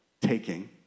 taking